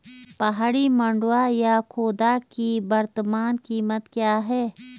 पहाड़ी मंडुवा या खोदा की वर्तमान कीमत क्या है?